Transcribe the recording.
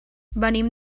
venim